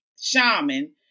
shaman